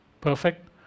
perfect